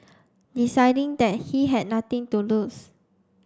deciding that he had nothing to lose